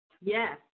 Yes